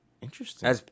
Interesting